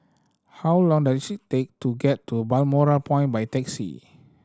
how long does it take to get to Balmoral Point by taxi